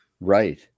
right